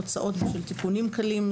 הוצאות לשם תיקונים קלים,